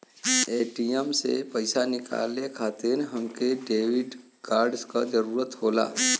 ATM से पइसा निकाले खातिर हमके डेबिट कार्ड क जरूरत होला